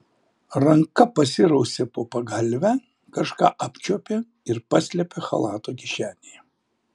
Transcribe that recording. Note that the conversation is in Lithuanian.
ranka pasirausė po pagalve kažką apčiuopė ir paslėpė chalato kišenėje